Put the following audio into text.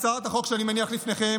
הצעת החוק שאני מניח לפניכם,